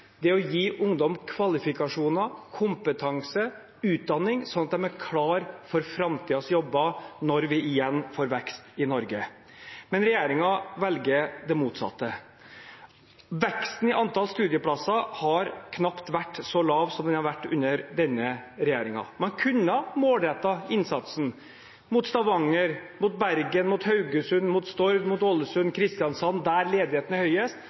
å gi ungdom kvalifikasjoner, kompetanse, utdanning, sånn at de er klar for framtidens jobber når vi igjen får vekst i Norge. Men regjeringen velger det motsatte. Veksten i antall studieplasser har knapt vært så lav som den har vært under denne regjeringen. Man kunne ha målrettet innsatsen mot Stavanger, mot Bergen, mot Haugesund, mot Stord, mot Ålesund og mot Kristiansand, der ledigheten er høyest,